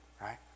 Right